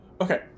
okay